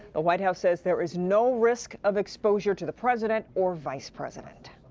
white house said there's no risk of exposure to the president or vice president.